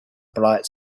bright